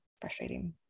Frustrating